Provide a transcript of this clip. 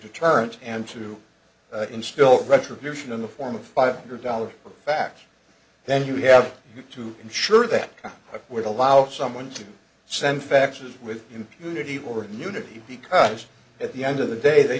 deterrent and to instill retribution in the form of five hundred dollars back then you have to ensure that would allow someone to send faxes with impunity were in unity because at the end of the day they